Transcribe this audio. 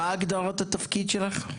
מיכאל מרדכי ביטון (יו"ר ועדת הכלכלה): מה הגדרת התפקיד שלך?